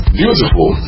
Beautiful